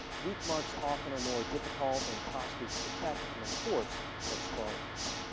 weak marks often are more difficult and costly to protect and enforce than strong marks.